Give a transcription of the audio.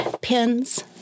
pins